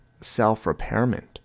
self-repairment